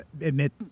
admit